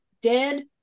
dead